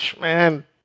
man